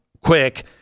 quick